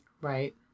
right